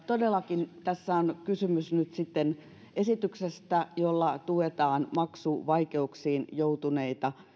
todellakin tässä on kysymys nyt sitten esityksestä jolla tuetaan maksuvaikeuksiin joutuneita